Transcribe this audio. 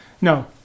No